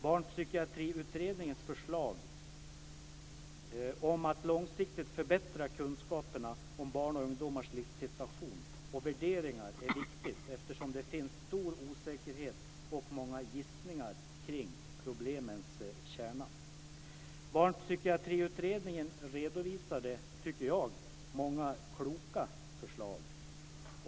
Barnpsykiatriutredningens förslag om att långsiktigt förbättra kunskaperna om barns och ungdomars livssituation och värderingar är viktigt eftersom det finns stor osäkerhet och många gissningar kring problemens kärna. Barnpsykiatriutredningen redovisade, tycker jag, många kloka förslag.